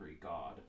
god